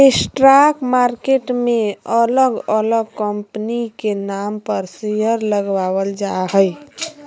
stock market मे अलग अलग कंपनी के नाम पर शेयर लगावल जा हय